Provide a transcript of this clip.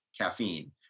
caffeine